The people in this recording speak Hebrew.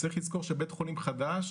צריך לזכור שבית חולים חדש,